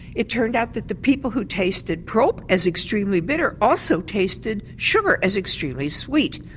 it turned out that the people who tasted prop as extremely bitter, also tasted sugar as extremely sweet.